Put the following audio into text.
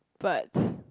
but